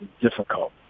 difficult